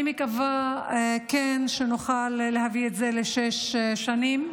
אני מקווה שנוכל להביא את זה לשש שנים,